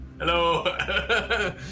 hello